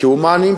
כהומניים,